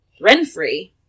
Renfrey